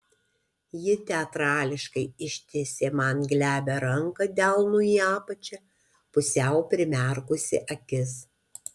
ji teatrališkai ištiesė man glebią ranką delnu į apačią pusiau primerkusi akis